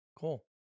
Cool